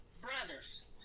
brothers